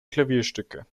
klavierstücke